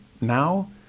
now